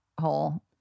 hole